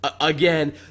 Again